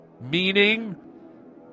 Meaning